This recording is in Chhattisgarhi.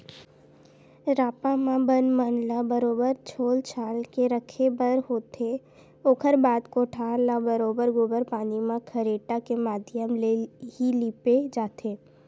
रापा म बन मन ल बरोबर छोल छाल के रखे बर होथे, ओखर बाद कोठार ल बरोबर गोबर पानी म खरेटा के माधियम ले ही लिपे जाथे